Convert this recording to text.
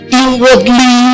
inwardly